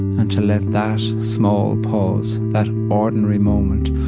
and to let that small pause, that ordinary moment,